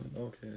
Okay